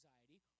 anxiety